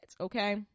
okay